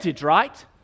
right